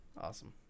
Awesome